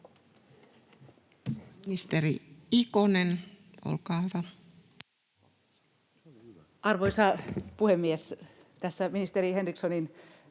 Ministeri Ikonen, olkaa hyvä. Arvoisa puhemies! Tässä ministeri Henrikssonin